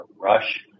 rush